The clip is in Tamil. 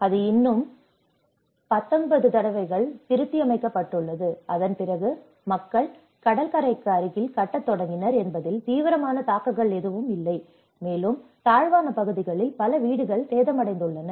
அது இன்னும் 19 தடவைகள் திருத்தியமைக்கப்பட்டுள்ளது அதன்பிறகு மக்கள் கடல் கரைக்கு அருகில் கட்டத் தொடங்கினர் என்பதில் தீவிரமான தாக்கங்கள் எதுவும் இல்லை மேலும் தாழ்வான பகுதிகளில் பல வீடுகள் சேதமடைந்துள்ளன